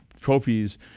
trophies